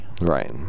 Right